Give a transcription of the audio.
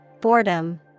Boredom